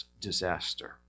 disaster